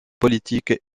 politique